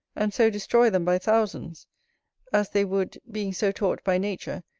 and so destroy them by thousands as they would, being so taught by nature,